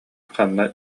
ханна